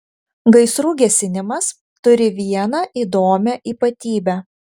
gaisrų gesinimas turi vieną įdomią ypatybę